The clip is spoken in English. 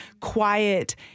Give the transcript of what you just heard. quiet